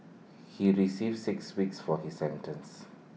he resave six weeks for his sentence